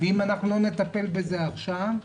אם אנחנו לא נטפל בזה עכשיו,